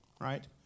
right